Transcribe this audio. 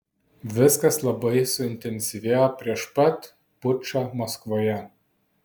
viskas labai suintensyvėjo prieš pat pučą maskvoje